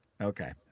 Okay